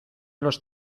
los